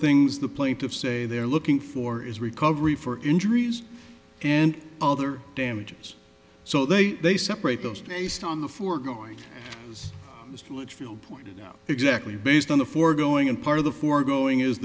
things the plaintiffs say they're looking for is recovery for injuries and other damages so they they separate those taste on the foregoing splitsville pointed out exactly based on the foregoing and part of the foregoing is